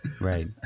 Right